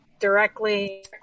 directly